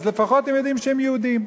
לפחות הם יודעים שהם יהודים.